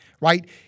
Right